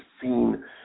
seen